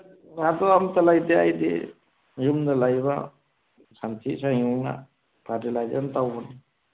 ꯑꯗꯨ ꯑꯝꯇ ꯂꯩꯇꯦ ꯑꯩꯗꯤ ꯌꯨꯝꯗ ꯂꯩꯕ ꯁꯟꯊꯤ ꯁꯟꯌꯨꯡꯅ ꯐꯔꯇꯤꯂꯥꯏꯖꯔ ꯇꯧꯕꯅꯤ